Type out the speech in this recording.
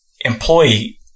employee